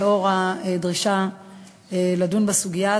לאור הדרישה לדון בסוגיה הזאת.